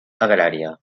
agrària